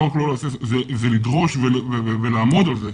לא רק לא להסס אלא לדרוש ולעמוד על זה.